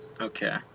Okay